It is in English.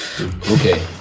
Okay